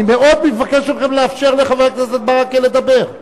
אני מאוד מבקש מכם לאפשר לחבר הכנסת ברכה לדבר.